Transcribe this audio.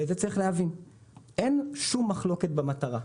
אין שום מחלוקת במטרה.